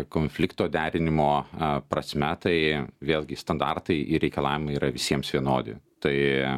konflikto derinimo prasme tai vėlgi standartai ir reikalavimai yra visiems vienodi tai